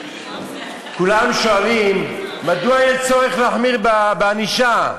כולם שואלים מדוע יש צורך להחמיר בענישה.